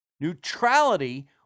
Neutrality